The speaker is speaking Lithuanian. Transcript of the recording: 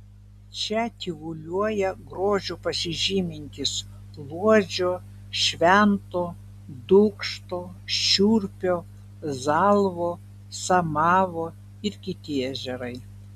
čia tyvuliuoja grožiu pasižymintys luodžio švento dūkšto šiurpio zalvo samavo ir kiti ežerai